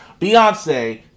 Beyonce